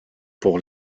pour